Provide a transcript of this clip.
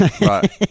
right